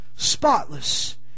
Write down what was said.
Spotless